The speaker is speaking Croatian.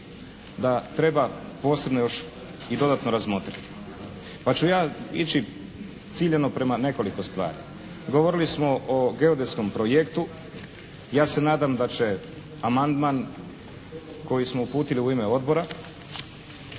da treba posebno još i dodatno razmotriti. Pa ću ja ići ciljano prema nekoliko stvari. Govorili smo o geodetskom projektu. Ja se nadam da će amandman koji smo uputili u ime odbora